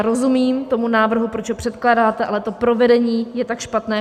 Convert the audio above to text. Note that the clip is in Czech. Rozumím tomu návrhu, proč ho předkládáte, ale to provedení je tak špatné.